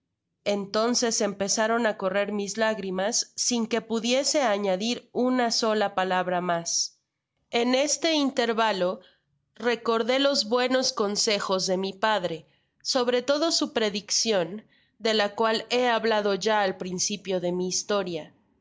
entonces empezaron á correr mis lágrimas sin que pudiese añadir una sola palabra mas en este intervalo recordé los buenos consejos de mi padre sobre todo su prediccion de la cual he hablado ya al principio de mi historia